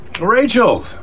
Rachel